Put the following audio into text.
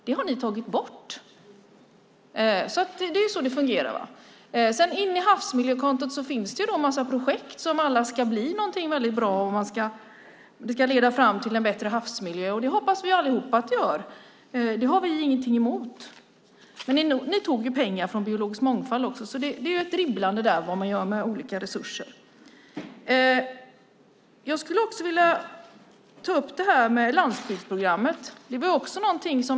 Det har ni tagit bort. Det är så det fungerar. Inom havsmiljökontot finns det en massa projekt som alla ska bli någonting väldigt bra och leda fram till en bättre havsmiljö. Vi hoppas alla att de gör det - det har vi ingenting emot. Ni tog pengar från området biologisk mångfald. Det är ett dribblande med olika resurser. Jag vill ta upp frågan om landsbygdsprogrammet.